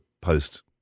post